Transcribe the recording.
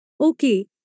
Okay